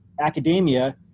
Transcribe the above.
Academia